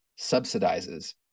subsidizes